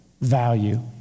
value